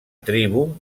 tribu